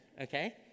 okay